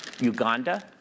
Uganda